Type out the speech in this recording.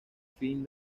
fin